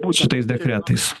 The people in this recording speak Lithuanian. šitais dekretais